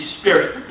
Spirit